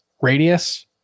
radius